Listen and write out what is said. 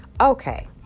Okay